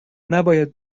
نباید